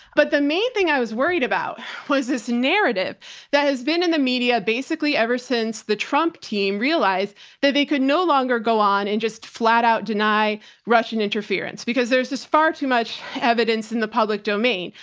but the main thing i was worried about was this narrative that has been in the media basically ever since the trump team realized that they could no longer go on and just flat out deny russian interference because there's this far too much evidence in the public domain.